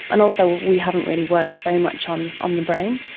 and also we haven't really worked very much on on the brain.